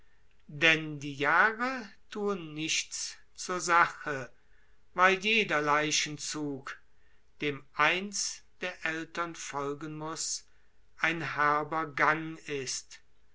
denn die jahre thun nichts zur sache weil jeder leichenzug dem eins der eltern folgen muß ein herber gang ist